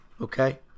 Okay